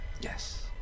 Yes